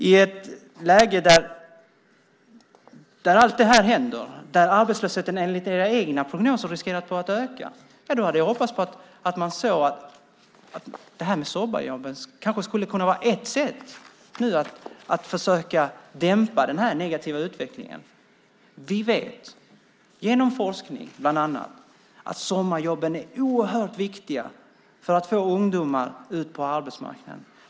I ett läge där allt det här händer och arbetslösheten enligt era egna prognoser riskerar att öka, hade jag hoppats på att man skulle se att det här med sommarjobben kanske skulle kunna vara ett sätt att försöka dämpa den negativa utvecklingen. Vi vet genom bland annat forskning att sommarjobben är oerhört viktiga för att få ut ungdomar på arbetsmarknaden.